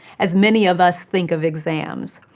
as many of us think of exams.